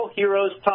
heroes